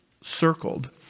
circled